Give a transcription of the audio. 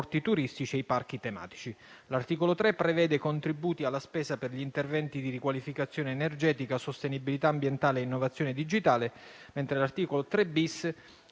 turistici e i parchi tematici. L'articolo 3 prevede contributi alla spesa per gli interventi di riqualificazione energetica, sostenibilità ambientale e innovazione digitale, mentre l'articolo 3-*bis*